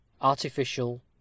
artificial